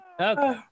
Okay